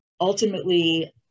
ultimately